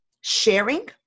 sharing